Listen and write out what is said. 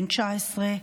בן 19,